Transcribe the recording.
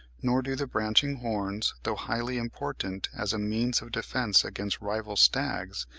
nor do the branching horns, though highly important as a means of defence against rival stags,